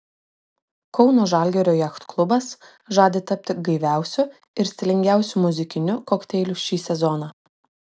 kauno žalgirio jachtklubas žada tapti gaiviausiu ir stilingiausiu muzikiniu kokteiliu šį sezoną